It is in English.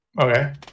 Okay